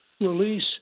release